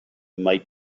might